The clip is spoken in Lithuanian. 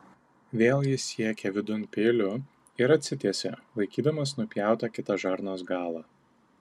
vėl jis siekė vidun peiliu ir atsitiesė laikydamas nupjautą kitą žarnos galą